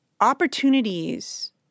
opportunities